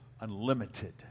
unlimited